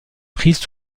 prises